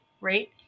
Right